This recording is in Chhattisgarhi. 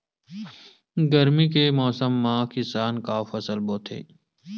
गरमी के मौसम मा किसान का फसल बोथे?